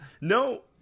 No